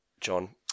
John